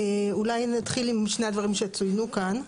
אולי נתחיל עם שני הדברים שצוינו כאן.